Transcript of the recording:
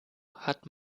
hat